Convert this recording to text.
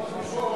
במקום.